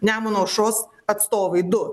nemuno aušros atstovai du